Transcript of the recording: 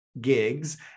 gigs